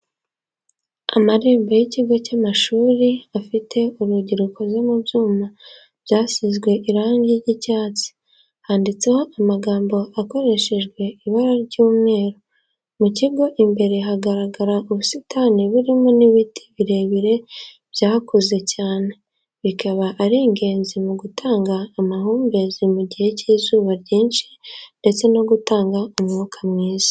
Amarembo y'ikigo cy'amashuri afite urugi rukoze mu byuma byasizwe irangi ry'icyatsi, handitseho amagambo akoreshejwe ibara ry'umweru, mu kigo imbere hagaragara ubusitani burimo n'ibiti birebire byakuze cyane, bikaba ari ingenzi mu gutanga amahumbezi mu gihe cy'izuba ryinshi ndetse no gutanga umwuka mwiza.